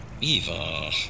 Eva